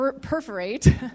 perforate